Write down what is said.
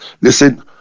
listen